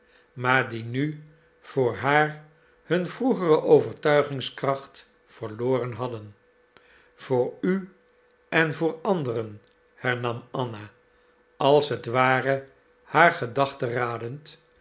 maar die nu voor haar hun vroegere overtuigingskracht verloren hadden voor u en voor anderen hernam anna als het ware haar gedachten radend